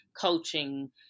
coaching